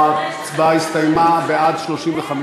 ההצעה להעביר את הצעת חוק לקידום השקעות וחברות